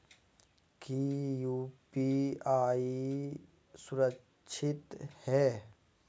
की यू.पी.आई सुरक्षित है?